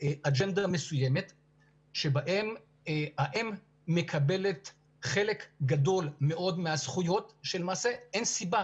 אג'נדה מסוימת בה האם מקבלת חלק גדול מאוד מהזכויות כשלמעשה אין סיבה